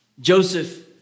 Joseph